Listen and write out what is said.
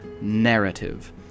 narrative